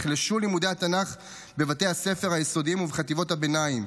כי נחלשו לימודי התנ"ך בבית הספר היסודי ובחטיבת הביניים.